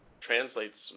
translates